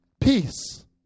Peace